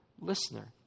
listener